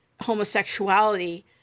homosexuality